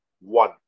One